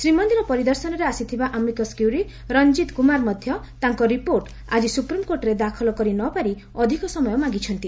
ଶ୍ରୀମନ୍ଦିର ପରିଦର୍ଶନରେ ଆସିଥିବା amicus curiae Ranjit Kumar ମଧ୍ଧ ତାଙ୍କ ରିପୋର୍ଟ ଆକି ସୁପ୍ରିମକୋର୍ଟରେ ଦାଖଲ କରିନପାରି ଅଧିକ ସମୟ ମାଗିଛନ୍ତି